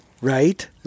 right